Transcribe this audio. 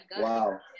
wow